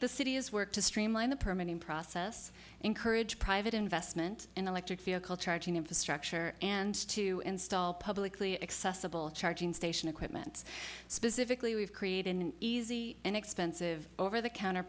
the city is work to streamline the permian process encourage private investment in electric vehicle charging infrastructure and to install publicly accessible charging station equipment specifically we've created an easy and expensive over the counter